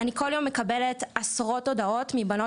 אני כל יום מקבלת עשרות הודעות מבנות